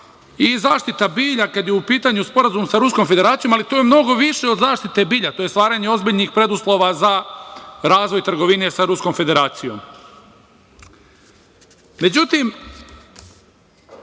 i zaštita bilja kada je u pitanju sporazum sa Ruskom Federacijom, ali to je mnogo više od zaštite bilja, to je stvaranje ozbiljnih preduslova za razvoj trgovine sa Ruskom Federacijom.Međutim,